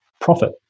profit